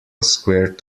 squared